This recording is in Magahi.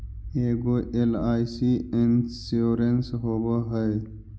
ऐगो एल.आई.सी इंश्योरेंस होव है?